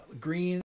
Green